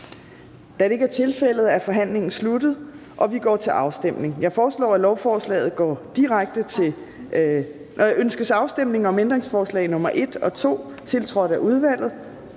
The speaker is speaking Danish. Da det ikke er tilfældet, er forhandlingen sluttet, og vi går til afstemning. Kl. 13:01 Afstemning Fjerde næstformand (Trine Torp): Ønskes afstemning om ændringsforslag nr. 1 og 2, tiltrådt af udvalget?